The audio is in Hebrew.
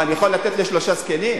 מה, אני יכול לתת לשלושה זקנים?